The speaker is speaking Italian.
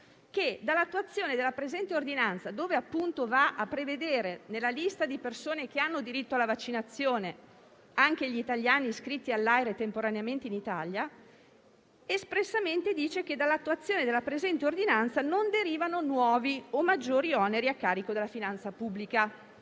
al 24 aprile 2021, dove si va, appunto, a prevedere, nella lista di persone che hanno diritto alla vaccinazione, anche gli italiani iscritti all'AIRE temporaneamente in Italia, espressamente dice che dall'attuazione della presente ordinanza non derivano nuovi o maggiori oneri a carico della finanza pubblica.